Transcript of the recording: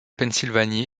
pennsylvanie